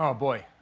um boy.